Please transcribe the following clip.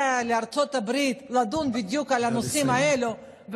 לארצות הברית לדון בדיוק על הנושאים האלה,